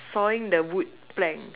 sawing the wood plank